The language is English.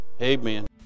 Amen